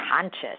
conscious